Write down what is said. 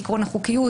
בעיקרון החוקיות,